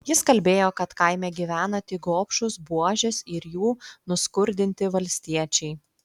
jis kalbėjo kad kaime gyvena tik gobšūs buožės ir jų nuskurdinti valstiečiai